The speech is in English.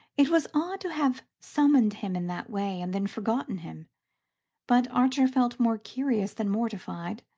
it was odd to have summoned him in that way, and then forgotten him but archer felt more curious than mortified.